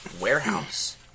Warehouse